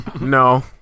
No